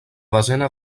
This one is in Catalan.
desena